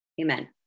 Amen